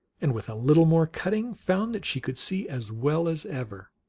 and with a little more cutting found that she could see as well as ever.